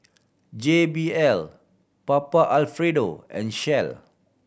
J B L Papa Alfredo and Shell